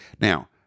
Now